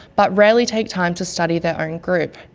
but rarely take time to study their own group.